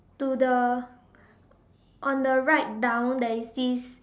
to the on the right down there is this